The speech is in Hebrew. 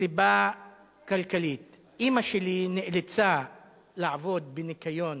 מסיבה כלכלית, אמא שלי נאלצה לעבוד בניקיון